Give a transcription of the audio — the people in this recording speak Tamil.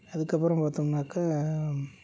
அதுக்கப்புறம் பாத்தோம்னாக்கா